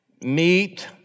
meat